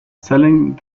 selling